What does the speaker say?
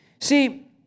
See